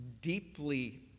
deeply